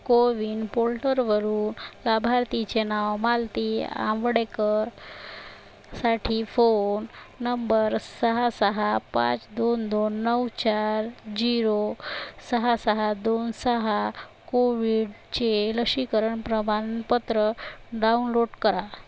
को विन पोल्टरवरून लाभार्थीचे नाव मालती आंबडेकर साठी फोन नंबर सहा सहा पाच दोन दोन नऊ चार जिरो सहा सहा दोन सहा कोविडचे लसीकरण प्रमाणपत्र डाउनलोट करा